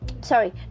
sorry